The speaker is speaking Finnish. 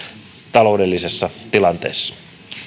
taloudellisessa tilanteessa